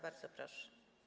Bardzo proszę.